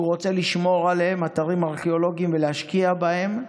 שהוא רוצה לשמור עליהם ולהשקיע בהם.